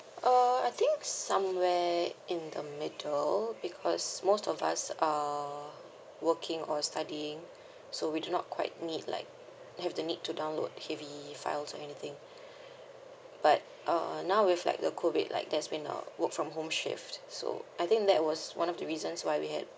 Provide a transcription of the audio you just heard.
uh I think somewhere in the middle because most of us are working or studying so we do not quite need like have the need to download heavy files or anything but uh now with like uh COVID like there's been a work from home shift so I think that was one of the reasons why we had